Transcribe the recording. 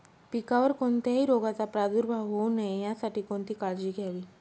पिकावर कोणत्याही रोगाचा प्रादुर्भाव होऊ नये यासाठी कोणती काळजी घ्यावी?